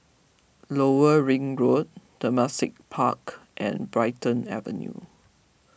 Lower Ring Road Temasek Club and Brighton Avenue